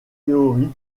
théorique